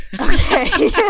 Okay